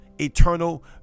eternal